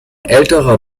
älterer